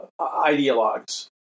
ideologues